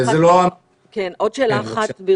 עוד שאלה אחת,